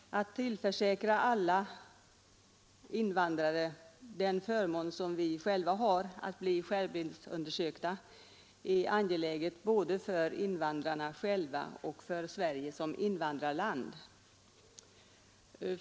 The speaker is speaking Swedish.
Att tillförsäkra alla invandrare den förmån som vi själva har i att bli skärmbildsundersökta är angeläget både för invandrarna och för Sverige som invandrarland.